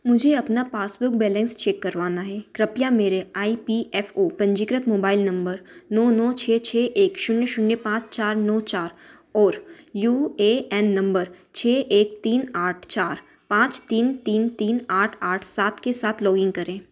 मुझे अपना passbook balance check करवाना है कृपया मेरे आई पी एफ़ ओ पंजीकृत मोबाइल नंबर नौ नौ छ छ एक शून्य शून्य पाँच चार नौ चार और यू ए एन नंबर छ एक तीन आठ चार पाँच तीन तीन तीन आठ आठ सात के साथ लॉगइन करें